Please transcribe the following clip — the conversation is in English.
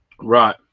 right